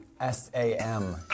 S-A-M